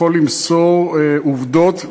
ולכן אני לא יכול למסור עובדות.